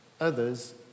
Others